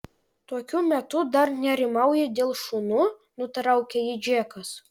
tokiu metu dar nerimauji dėl šunų nutraukė jį džekas